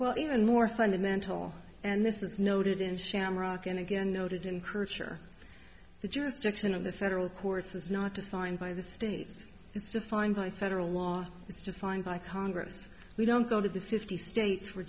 well even more fundamental and this is noted in shamrock and again noted encourage or the jurisdiction of the federal courts is not defined by the states it's defined by federal law it's defined by congress we don't go to the fifty states we're